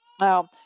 Now